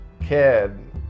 kid